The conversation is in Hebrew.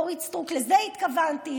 אורית סטרוק: לזה התכוונתי,